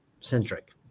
centric